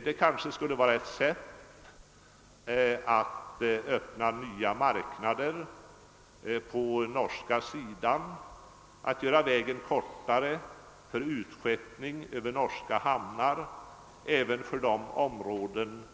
Det skulle kanske kunna vara ett sätt att öppna nya marknader på norsk sida, om man gjorde vägen kortare för utskeppning över norska hamnar även för de områden